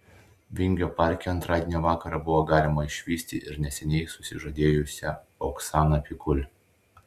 vingio parke antradienio vakarą buvo galima išvysti ir neseniai susižadėjusią oksaną pikul